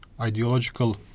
Ideological